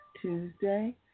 Tuesday